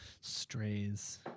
Strays